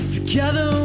Together